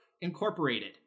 Incorporated